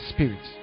Spirit